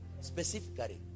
Specifically